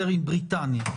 עם בריטניה,